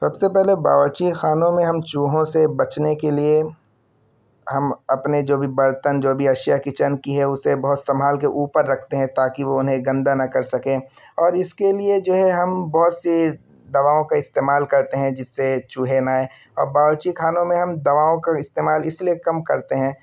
سب سے پہلے باورچی خانوں میں ہم چوہوں سے بچنے کے لیے ہم اپنے جو بھی برتن جو بھی اشیا کچن کی ہے اسے بہت سنبھال کے اوپر رکھتے ہیں تاکہ وہ انہیں گندہ نہ کر سکیں اور اس کے لیے جو ہے ہم بہت سی دواؤں کا استعمال کرتے ہیں جس سے چوہے نہ آئیں اور باورچی خانوں میں ہم دواؤں کا استعمال اس لیے کم کرتے ہیں